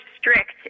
strict